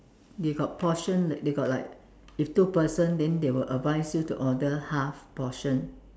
they got portion like they got like if two person then they will advise you to order half portion